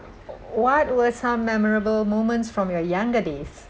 what were some memorable moments from your younger days